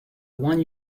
one